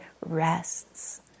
rests